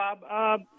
bob